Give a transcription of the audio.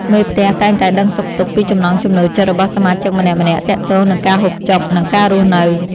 មេផ្ទះតែងតែដឹងសុខទុក្ខពីចំណង់ចំណូលចិត្តរបស់សមាជិកម្នាក់ៗទាក់ទងនឹងការហូបចុក និងការរស់នៅ។